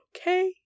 Okay